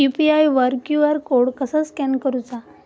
UPI वर QR code कसा scan करूचा?